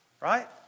Right